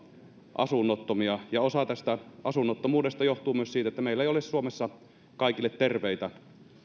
asunnottomia ja osa tästä asunnottomuudesta johtuu myös siitä että meillä ei ole suomessa kaikille terveitä